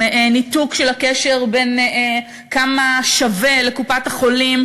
עם ניתוק של הקשר בין כמה שווה לקופת-החולים